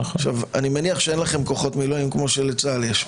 אני מניח שאין לכם כוחות מילואים כמו שלצה"ל יש.